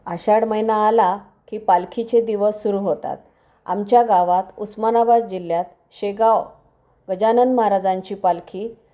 आषाढ महिना आला की पालखीचे दिवस सुरू होतात आमच्या गावात उस्मानाबाद जिल्ह्यात शेगाव गजानन महाराजांची पालखी